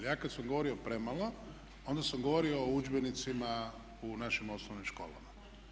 Ja kad sam govorio o premalo onda sam govorio o udžbenicima u našim osnovnim školama.